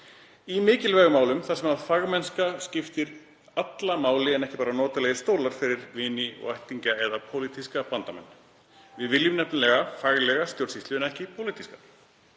í mikilvægum málum þar sem fagmennska skiptir alla máli en ekki bara notalegir stólar fyrir vini og ættingja eða pólitíska bandamenn. Við viljum nefnilega faglega stjórnsýslu en ekki pólitíska.